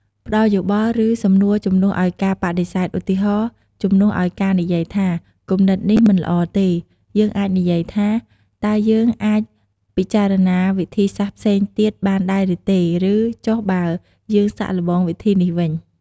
ផ្តល់យោបល់ ឬសំណួរជំនួសឲ្យការបដិសេធ ឧទាហរណ៍ ជំនួសឲ្យការនិយាយថា "គំនិតនេះមិនល្អទេ" យើងអាចនិយាយថា "តើយើងអាចពិចារណាវិធីសាស្រ្តផ្សេងទៀតបានដែរឬទេ?" ឬ "ចុះបើយើងសាកល្បងវិធីនេះវិញ?"។